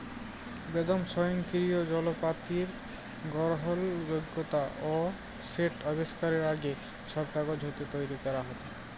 বেদম স্বয়ংকিরিয় জলত্রপাতির গরহলযগ্যতা অ সেট আবিষ্কারের আগে, ছব কাগজ হাতে তৈরি ক্যরা হ্যত